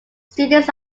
students